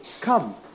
come